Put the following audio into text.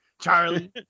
Charlie